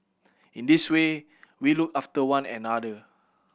in this way we look after one another